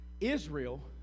Israel